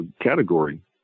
category